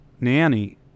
nanny